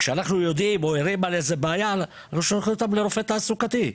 כשאנחנו ערים לבעיה אנחנו שולחים אותם לרופא תעסוקתי.